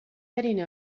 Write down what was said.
heading